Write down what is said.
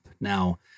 Now